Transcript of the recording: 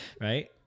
Right